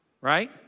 Right